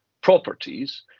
properties